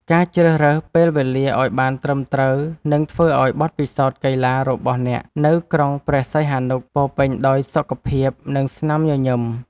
ការជ្រើសរើសពេលវេលាឱ្យបានត្រឹមត្រូវនឹងធ្វើឱ្យបទពិសោធន៍កីឡារបស់អ្នកនៅក្រុងព្រះសីហនុពោរពេញដោយសុខភាព និងស្នាមញញឹម។